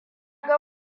ga